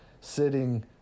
sitting